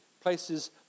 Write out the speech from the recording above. places